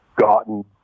gotten